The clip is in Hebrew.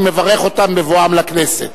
אני מברך אותם בבואם לכנסת.